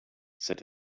said